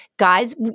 Guys